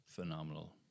phenomenal